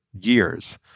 years